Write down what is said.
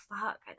fuck